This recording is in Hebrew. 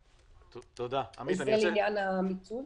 זה לעניין המיצוי.